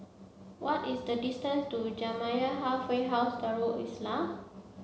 what is the distance to Jamiyah Halfway House Darul Islah